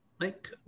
Mike